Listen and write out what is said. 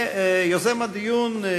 ויוזם הדיון,